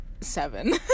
seven